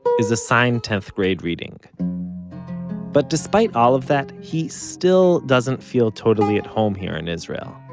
is assigned tenth grade reading but despite all of that, he still doesn't feel totally at home here in israel